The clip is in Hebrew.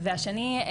והשני,